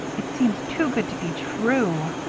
it seems too good to be true.